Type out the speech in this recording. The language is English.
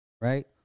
right